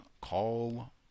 call